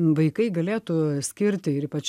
vaikai galėtų skirti ir ypač